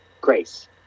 grace